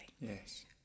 Yes